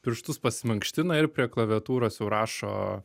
pirštus pasimankština ir prie klaviatūros jau rašo